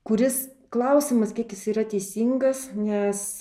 kuris klausimas kiek jis yra teisingas nes